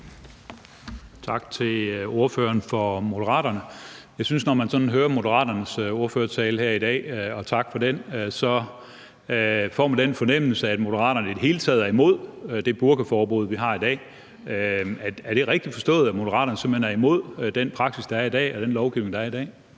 Tak til ordføreren for Moderaterne. Når man hører ordføreren for Moderaternes tale her i dag, og tak for den, synes jeg, at man får den fornemmelse, at Moderaterne i det hele taget er imod det burkaforbud, vi har i dag. Er det rigtigt forstået, at Moderaterne simpelt hen er imod den praksis, der er i dag, og den lovgivning, der er i dag?